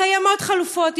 קיימות חלופות,